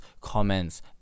comments